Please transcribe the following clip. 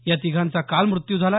या तिघांचाही काल मृत्यू झाला